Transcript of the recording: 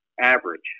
average